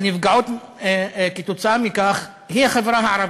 הנפגעות מכך היא החברה הערבית,